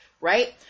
right